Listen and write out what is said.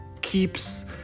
keeps